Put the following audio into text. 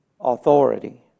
authority